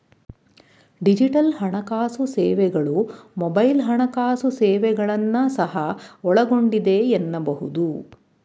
digital ಹಣಕಾಸು ಸೇವೆಗಳು mobile ಹಣಕಾಸು ಸೇವೆಗಳನ್ನ ಸಹ ಒಳಗೊಂಡಿದೆ ಎನ್ನಬಹುದು